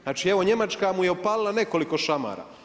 Znači, evo Njemačka mu je opalila nekoliko šamara.